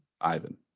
Ivan